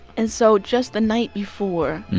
and so just the night before,